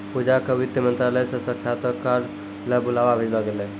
पूजा क वित्त मंत्रालय स साक्षात्कार ल बुलावा भेजलो गेलै